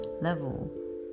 level